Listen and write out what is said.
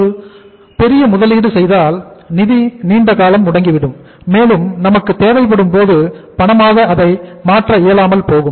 ஒருவேளை பெரிய முதலீடு செய்தால் நிதி நீண்டகாலம் முடங்கிவிடும் மேலும் நமக்கு தேவைப்படும் போது பணமாக அதை மாற்ற இயலாமல் போகும்